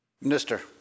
Minister